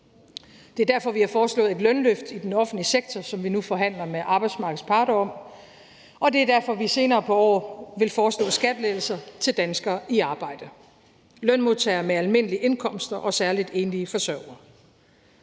Det er derfor, vi har foreslået et lønløft i den offentlige sektor, som vi nu forhandler med arbejdsmarkedets parter om, og det er derfor, vi senere på året vil foreslå skattelettelser til danskere i arbejde, lønmodtagere med almindelige indkomster og særlig enlige forsørgere.